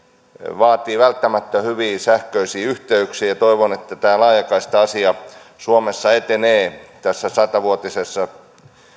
vaatii välttämättä hyviä sähköisiä yhteyksiä ja ja toivon että laajakaista asia suomessa etenee tässä sata vuotisessa